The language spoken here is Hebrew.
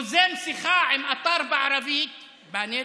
יוזם שיחה עם אתר בערבית, "פאנט",